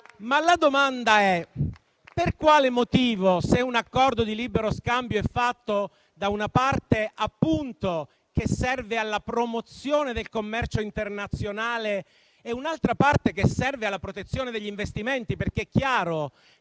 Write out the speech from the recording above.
la ragione per la quale un accordo di libero scambio è fatto da una parte che serve alla promozione del commercio internazionale e da un'altra che serve alla protezione degli investimenti, perché è chiaro